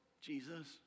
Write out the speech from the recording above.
Jesus